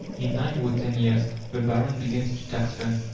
in nine or ten years the baron begins to tax them.